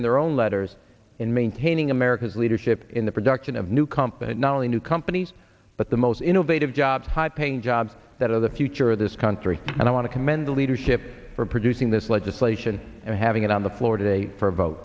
in their own letters in maintaining america's leadership in the production of new companies not only new companies but the most innovative jobs high paying jobs that are the future of this country and i want to commend the leadership for producing this legislation and having it on the floor today for a vote